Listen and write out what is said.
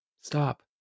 stop